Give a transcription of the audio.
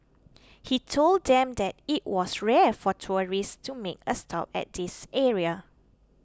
he told them that it was rare for tourists to make a stop at this area